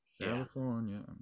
California